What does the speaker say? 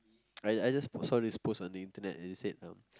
I I just saw this post on the internet and it said um